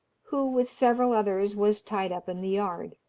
who, with several others, was tied up in the yard.